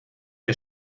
der